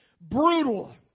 brutal